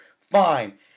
Fine